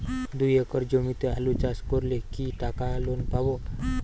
দুই একর জমিতে আলু চাষ করলে কি টাকা লোন পাবো?